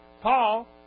Paul